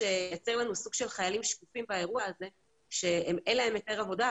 מה שמייצר לנו סוג של חיילים שקופים באירוע הזה שאין להם היתר עבודה,